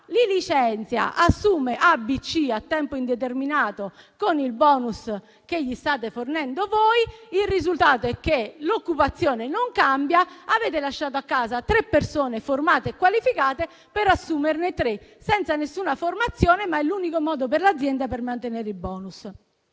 li licenzia e assume "a", "b" e "c" a tempo indeterminato con il *bonus* che gli state fornendo voi. Il risultato è che l'occupazione non cambia e avrete lasciato a casa tre persone formate e qualificate per assumerne tre senza nessuna formazione; ma è l'unico modo per l'azienda per mantenere i *bonus*.